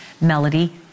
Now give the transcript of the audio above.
Melody